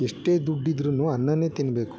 ಎಷ್ಟೇ ದುಡ್ಡಿದ್ರೂ ಅನ್ನವೇ ತಿನ್ಬೇಕು